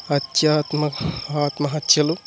అత్య ఆత్మ ఆత్మహత్యలు